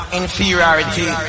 inferiority